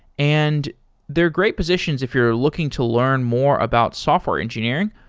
and they're great positions if you're looking to learn more about software engineering,